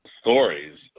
stories